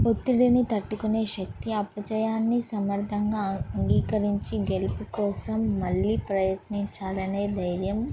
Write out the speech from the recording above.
ఒత్తిడిని తట్టుకునే శక్తి అపజయాన్ని సమర్థంగా అంగీకరించి గెలుపు కోసం మళ్ళీ ప్రయత్నించాలనే ధైర్యం